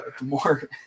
more